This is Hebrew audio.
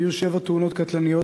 היו שבע תאונות קטלניות,